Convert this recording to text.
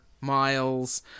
Miles